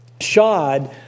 shod